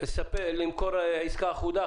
למכור עסקה אחודה,